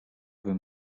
bym